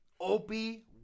Opie